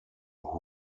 who